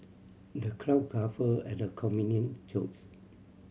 the crowd guffawed at the comedian jokes